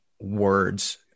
words